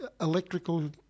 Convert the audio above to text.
electrical